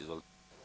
Izvolite.